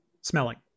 smelling